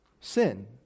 sin